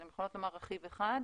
הן יכולות לומר רכיב אחד,